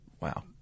Wow